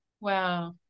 Wow